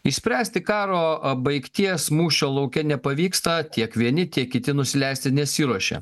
išspręsti karo baigties mūšio lauke nepavyksta tiek vieni tiek kiti nusileisti nesiruošia